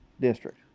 district